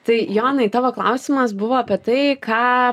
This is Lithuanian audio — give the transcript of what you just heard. tai jonai tavo klausimas buvo apie tai ką